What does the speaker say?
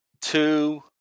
Two